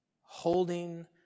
holding